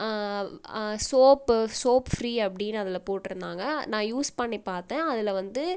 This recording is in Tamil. சோப்பு சோப் ஃபிரீ அப்படின்னு அதில் போட்டிருந்தாங்க நான் யூஸ் பண்ணி பாத்தேன் அதில் வந்து